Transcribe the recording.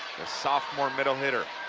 the sophomore middle hitter.